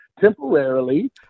temporarily